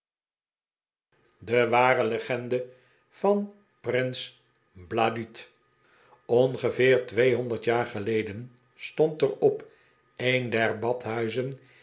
de ware legende van prins b a d u d ongeveer tweehonderd jaar geleden stond er op een der badhuizen